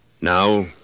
Now